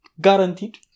guaranteed